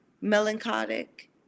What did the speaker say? melancholic